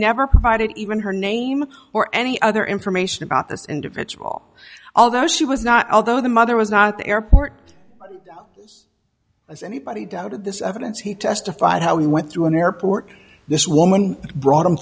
never provided even her name or any other information about this individual although she was not although the mother was not the airport as anybody doubted this evidence he testified how he went through an airport this woman brought